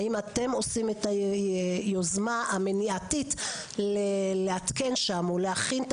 האם אתם מפעילים את היוזמה המניעתית לעדכן ולהכין את